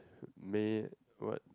may what